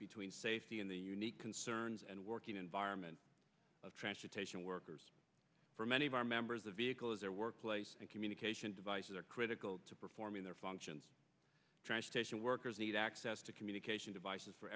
between safety and the unique concerns and working environment of transportation workers for many of our members of vehicle as their workplace and communication devices are critical to performing their functions transportation workers need access to communication devices for